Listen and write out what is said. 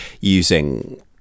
using